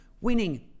Winning